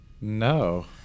No